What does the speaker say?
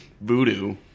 voodoo